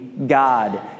God